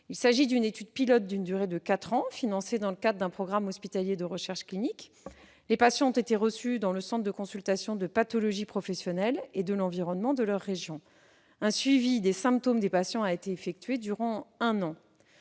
Il s'agit d'une étude pilote d'une durée de quatre ans, financée dans le cadre d'un programme hospitalier de recherche clinique. Les patients ont été reçus dans le centre de consultations de pathologies professionnelles et de l'environnement de leur région. Un suivi des symptômes des patients a été effectué durant un an.